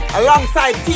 alongside